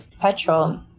petrol